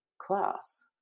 class